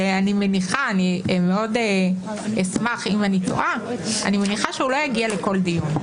שאני מניחה אני מאוד אשמח אם אני טועה שהוא לא יגיע לכל דיון.